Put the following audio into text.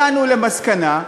הגענו למסקנה,